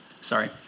Sorry